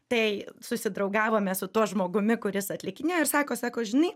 tai susidraugavome su tuo žmogumi kuris atlikinėjo ir sako sako žinai